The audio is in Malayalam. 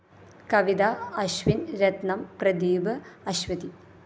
കവിത അശ്വിന് രത്നം പ്രദീപ് അശ്വതി